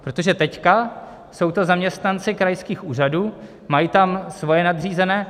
Protože teď jsou to zaměstnanci krajských úřadů, mají tam svoje nadřízené.